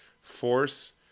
force